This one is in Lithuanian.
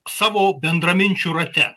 savo bendraminčių rate